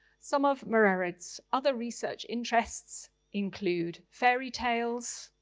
some of mererid's other research interests include fairytales,